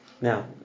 Now